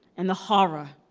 and the horror.